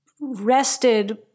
rested